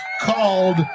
called